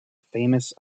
famous